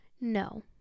no